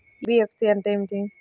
NBFC అంటే ఏమిటి?